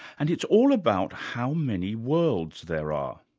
and it's all about how many worlds there are.